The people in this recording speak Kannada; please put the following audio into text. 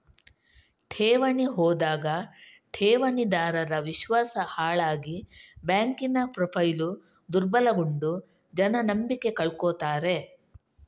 ಠೇವಣಿ ಹೋದಾಗ ಠೇವಣಿದಾರರ ವಿಶ್ವಾಸ ಹಾಳಾಗಿ ಬ್ಯಾಂಕಿನ ಪ್ರೊಫೈಲು ದುರ್ಬಲಗೊಂಡು ಜನ ನಂಬಿಕೆ ಕಳ್ಕೊತಾರೆ